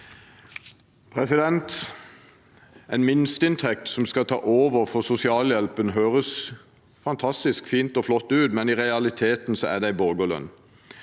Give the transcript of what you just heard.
En minsteinntekt som skal ta over for sosialhjelpen, høres fantastisk fint og flott ut, men i realiteten er det en borgerlønn.